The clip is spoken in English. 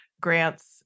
grants